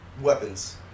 weapons